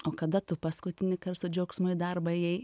o kada tu paskutinįkart su džiaugsmu į darbą ėjai